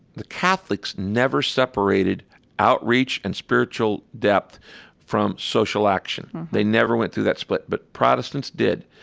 the catholics never separated outreach and spiritual depth from social action. they never went through that split. but protestants did.